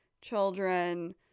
children